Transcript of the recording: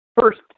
First